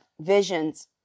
visions